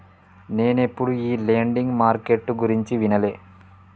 నేనెప్పుడు ఈ lending market గురించి వినలే